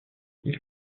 ils